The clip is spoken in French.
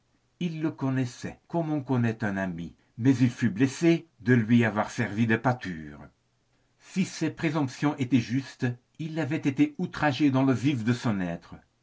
il le connaissait comme on connaît un ami mais il fut blessé de lui avoir servi de pâture si ses présomptions étaient justes il avait été outragé dans le vif de son être